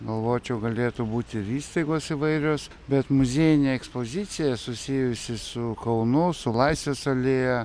galvočiau galėtų būti ir įstaigos įvairios bet muziejinė ekspozicija susijusi su kaunu su laisvės alėja